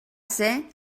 ser